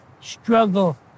struggle